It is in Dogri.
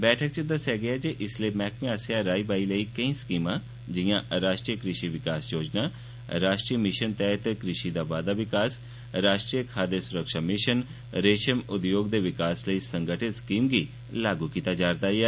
बैठक च दस्सेआ गेआ जे इसलै मैह्कमें आस्सेआ राहई बाहई लेई केई स्कीमां जिआं राष्ट्रीय कृषि विकास योजना राष्ट्रीय मिशन तैह्त कृषि दा बाद्दा विस्तार राष्ट्रीय खाद्यय सुरक्षा मिशन रेशम उद्योग दे विकास लेई संगठित स्कीम गी लागू कीता जा'रदा ऐ